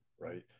Right